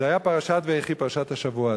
זה היה בפרשת ויחי, פרשת השבוע הזה.